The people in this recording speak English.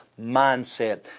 mindset